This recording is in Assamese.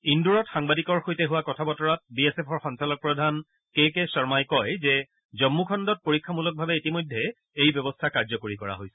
ইন্দোৰত সাংবাদিকৰ সৈতে হোৱা কথা বতৰাত বি এছ এফৰ সঞ্চালক প্ৰধান কে কে শৰ্মাই কয় যে জম্মু খণ্ডত পৰীক্ষামূলকভাৱে ইতিমধ্যে এই ব্যৱস্থা কাৰ্যকৰী কৰা হৈছে